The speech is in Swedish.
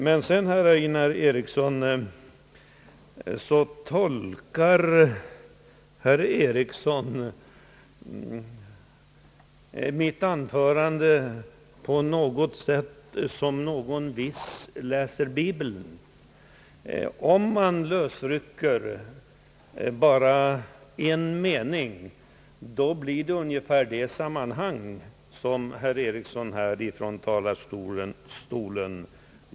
Herr Einar Eriksson tolkar mitt anförande på något sätt som en viss potentat läser bibeln. Om man lösrycker bara en mening, blir det ungefär det sammanhang som herr Einar Eriksson lät påskina från talarstolen.